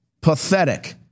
Pathetic